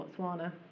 Botswana